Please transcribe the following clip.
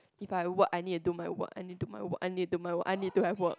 if I work I need to do my work I need to my work I need to my work I need to have work